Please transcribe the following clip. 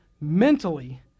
mentally